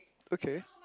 okay